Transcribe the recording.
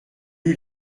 eut